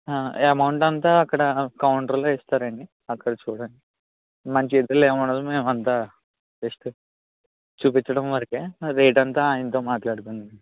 amount అంతా అక్కడ కౌంటర్లో ఇస్తారు అండి అక్కడ చూడండి మన చేతులలో ఏమి ఉండదు మేము అంతా జస్ట్ చూపించడం వరకు రేట్ అంతా ఆయనతో మాట్లాడుకోండి